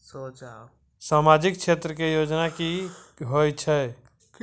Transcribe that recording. समाजिक क्षेत्र के योजना की होय छै?